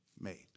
made